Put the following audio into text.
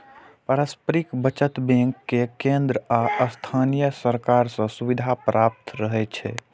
पारस्परिक बचत बैंक कें केंद्र आ स्थानीय सरकार सं सुविधा प्राप्त रहै छै